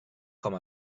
com